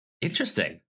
Interesting